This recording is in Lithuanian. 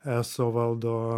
eso valdo